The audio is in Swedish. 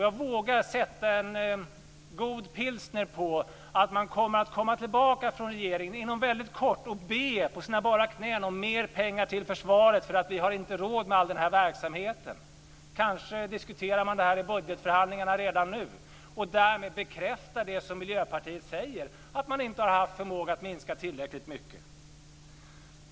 Jag vågar sätta en god pilsner på att man kommer att komma tillbaka från regeringen inom kort och be på sina bara knän om mer pengar till försvaret för att man inte har råd med all den här verksamheten. Kanske diskuterar man det här i budgetförhandlingarna redan nu. Därmed bekräftar man det som Miljöpartiet säger, att man inte har haft förmåga att minska tillräckligt mycket.